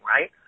right